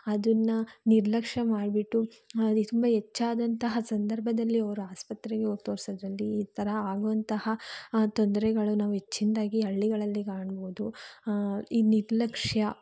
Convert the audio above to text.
ಅದನ್ನ ನಿರ್ಲಕ್ಷ್ಯ ಮಾಡಿಬಿಟ್ಟು ಅದು ತುಂಬ ಹೆಚ್ಚಾದಂತಹ ಸಂದರ್ಭದಲ್ಲಿ ಅವ್ರು ಆಸ್ಪತ್ರೆಗೆ ಹೋಗ್ ತೋರಿಸೋದ್ರಲ್ಲಿ ಈ ಥರ ಆಗುವಂತಹ ತೊಂದರೆಗಳು ನಾವು ಹೆಚ್ಚಿನ್ದಾಗಿ ಹಳ್ಳಿಗಳಲ್ಲಿ ಕಾಣ್ಬೌದು ಈ ನಿರ್ಲಕ್ಷ್ಯ